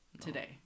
Today